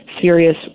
serious